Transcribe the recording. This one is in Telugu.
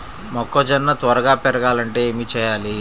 మొక్కజోన్న త్వరగా పెరగాలంటే ఏమి చెయ్యాలి?